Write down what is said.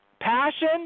Passion